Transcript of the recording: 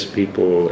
people